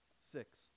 Six